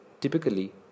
Typically